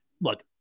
look